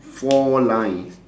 four lines